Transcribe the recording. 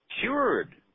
cured